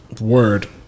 word